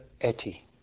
Etty